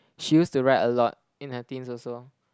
she used to write a lot in her teens also